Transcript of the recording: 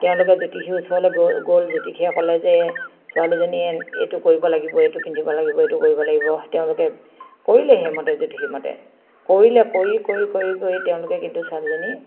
তেওঁলোকে জ্যোতিষীৰ ওচৰলে গ'ল জ্যোতিষীয়ে ক'লে যে ছোৱালীজনীয়ে এইটো কৰিব লাগিব এইটো পিন্ধিব লাগিব এইটো কৰিব লাগিব তেওঁলোকে কৰিলে সেইমতে জ্যোতিষীৰ মতে কৰিলে কৰি কৰি কৰি কৰি তেওঁলোকে কিন্তু ছোৱালীজনী